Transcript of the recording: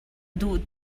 duh